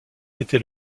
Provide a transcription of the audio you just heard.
était